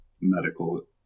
medical